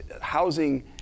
housing